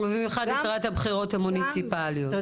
ובמיוחד לקראת הבחירות המוניציפליות.